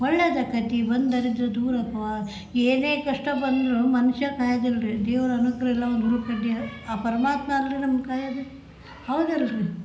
ಒಳ್ಳೆದು ಆಕೈತೆ ಬಂದ ದರಿದ್ರ ದೂರ ಆಕವ್ವೆ ಏನೇ ಕಷ್ಟ ಬಂದ್ರೂ ಮನುಷ್ಯ ಕಾಯದು ಇಲ್ಲರಿ ದೇವರ ಅನುಗ್ರಹ ಇಲ್ಲ ಒಂದು ಹುಲ್ಲಿ ಕಡ್ಡಿಯು ಆ ಪರಮಾತ್ಮ ಅಲ್ಲರಿ ನಮ್ನ ಕಾಯೋದು ಹೌದಲ್ಲರಿ